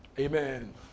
Amen